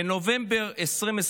בנובמבר 2021,